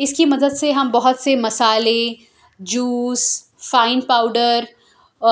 اس کی مدد سے ہم بہت سے مسالے جوس فائن پاؤڈر او